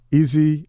easy